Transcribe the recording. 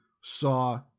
saw